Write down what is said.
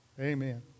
Amen